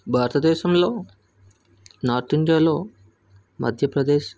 భారతదేశంలో నార్త్ ఇండియాలో మధ్యప్రదేశ్